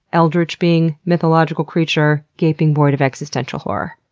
eldritch being, mythological creature, gaping void of existential horror.